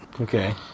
Okay